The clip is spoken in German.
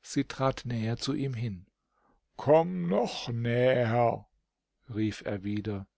sie trat näher zu ihm hin komm noch näher rief er wieder